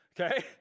Okay